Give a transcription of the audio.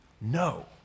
No